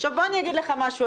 עכשיו בוא אני אגיד לך משהו,